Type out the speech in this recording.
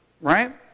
right